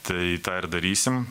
tai tą ir darysim